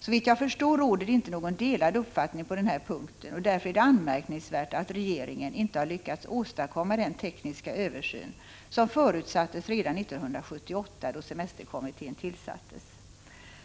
Såvitt jag förstår råder det inte några delade uppfattningar på den punkten, och därför är det anmärkningsvärt att regeringen inte har lyckats åstadkomma den tekniska översyn som förutsattes redan 1978, då semesterkommittén tillsattes.